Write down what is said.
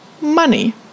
money